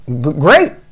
Great